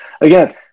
again